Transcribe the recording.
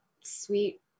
sweet